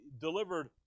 delivered